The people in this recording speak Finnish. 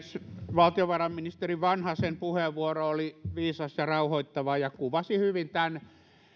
valtiovarainministeri vanhasen puheenvuoro oli viisas ja rauhoittava ja kuvasi hyvin tämän